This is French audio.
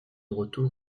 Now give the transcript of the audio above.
retour